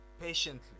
patiently